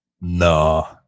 no